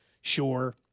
Sure